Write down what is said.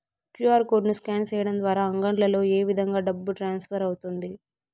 QR code ను scan సేయడం ద్వారా అంగడ్లలో ఏ విధంగా డబ్బు ట్రాన్స్ఫర్ అవుతుంది